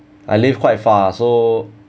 I live quite far so